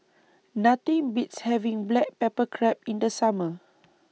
Nothing Beats having Black Pepper Crab in The Summer